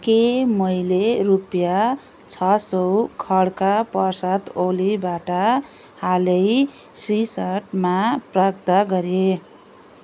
के मैले रुपियाँ छ सौ खढ्का प्रसाद ओलीबाट हालै सिट्रसमा प्राप्त गरेँ